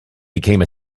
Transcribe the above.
became